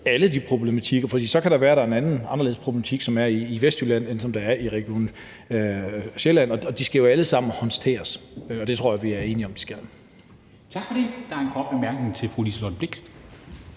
alle de problematikker. For så kan det være, at der er en anderledes problematik i Vestjylland, end der er i Region Sjælland, og de skal jo alle sammen håndteres, og det tror jeg vi er enige om at de skal. Kl. 14:29 Formanden (Henrik Dam Kristensen):